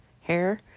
Hair